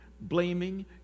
blaming